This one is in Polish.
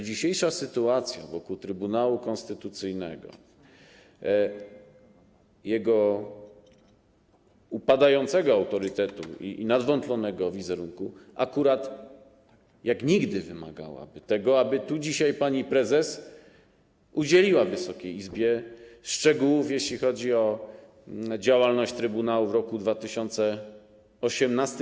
Dzisiejsza sytuacja wokół Trybunału Konstytucyjnego, jego upadającego autorytetu i nadwątlonego wizerunku akurat jak nigdy wymagałaby tego, aby dzisiaj pani prezes przedstawiła Wysokiej Izbie szczegóły, jeśli chodzi o działalność trybunału w roku 2018.